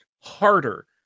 harder